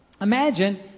imagine